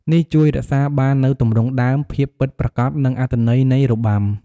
នេះជួយរក្សាបាននូវទម្រង់ដើម ភាពពិតប្រាកដ និងអត្ថន័យនៃរបាំ។